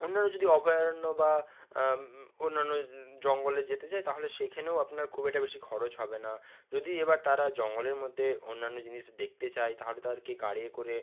অন্যান্য যদি অভয়ারণ্য বা অন্যান্য জঙ্গলে যেতে চায় তাহলে সেখানেও আপনার খুব একটা বেশি খরচ হবে না যদি এবার তারা জঙ্গলের মধ্যে অন্যান্য জিনিস দেখতে চায় তাহলে তাদেরকে গাড়িয়ে করে